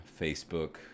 Facebook